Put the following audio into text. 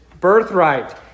birthright